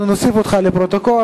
אנחנו נוסיף אותך לפרוטוקול,